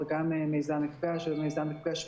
וכבר מיזם "מפגש",